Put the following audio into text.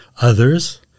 Others